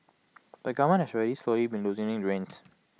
but government has slowly been loosening the reins